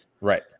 Right